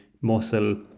muscle